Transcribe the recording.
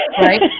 right